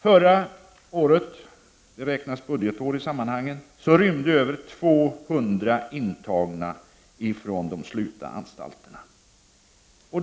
Förra budgetåret rymde över 200 intagna från de slutna anstalterna.